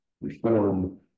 reform